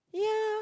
yeah